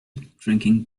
drinking